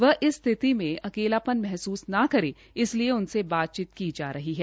वह इस स्थिति में अकेलापन महसूस न करे इसलिए उनसे बातचीत की जा रही है